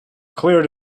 cleared